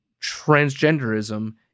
transgenderism